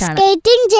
Skating